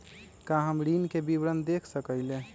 का हम ऋण के विवरण देख सकइले?